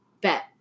Bet